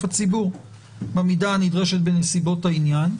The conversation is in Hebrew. הציבור במידה הנדרשת בנסיבות העניין.